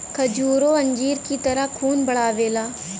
खजूरो अंजीर की तरह खून बढ़ावेला